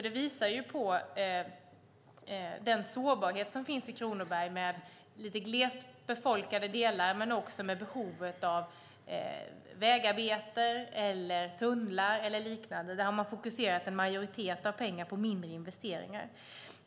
Det visar den sårbarhet som finns i Kronoberg, som har vissa lite glest befolkade delar men som har behov av vägarbete, tunnlar och liknande. Där har man fokuserat en majoritet av pengarna på mindre investeringar.